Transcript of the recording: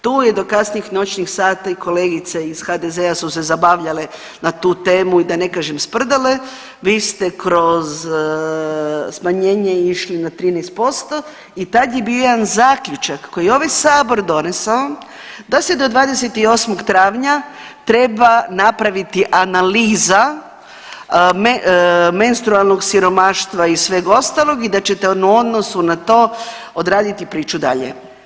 Tu je do kasnih noćnih sati kolegica iz HDZ-a su se zabavljale na tu temu i da ne kažem sprdale, vi ste kroz smanjenje išli na 13% i tad je bio jedan zaključak koji je ovaj sabor donesao, da se do 28. travnja treba napraviti analiza menstrualnog siromaštva i sveg ostalog i da ćete u odnosu na to odraditi priču dalje.